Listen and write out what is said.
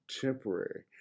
temporary